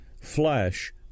Flesh